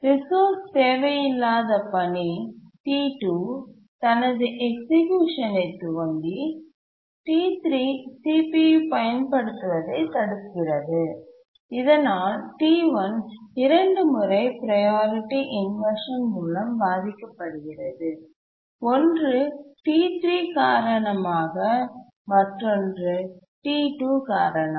resource தேவையில்லாத பணி T2 தனது எக்சிக்யூஷன்ஐ துவங்கி T3 CPU பயன்படுத்துவதைத் தடுக்கிறது இதனால் T1 2 முறை ப்ரையாரிட்டி இன்வர்ஷன் மூலம் பாதிக்கப்படுகிறது ஒன்று T3 காரணமாக மற்றொன்று T2 காரணமாக